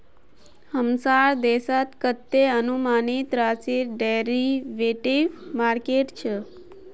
हमसार देशत कतते अनुमानित राशिर डेरिवेटिव मार्केट छ